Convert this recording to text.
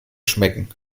schmecken